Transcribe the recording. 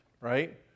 Right